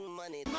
money